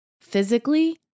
physically